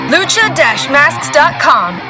Lucha-Masks.com